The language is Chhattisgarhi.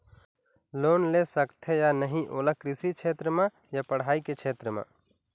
लोन ले सकथे या नहीं ओला कृषि क्षेत्र मा या पढ़ई के क्षेत्र मा?